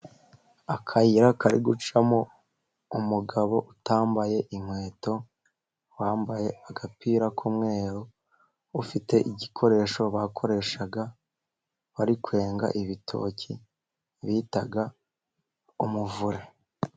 Akayira kari gucamo umugabo utambaye inkweto, wambaye agapira k'umweru, ufite igikoresho bakoresha wari kwenga ibitoki bita umuvure.